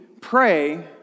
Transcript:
pray